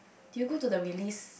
do you go to the release